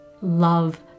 Love